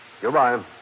Goodbye